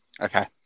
Okay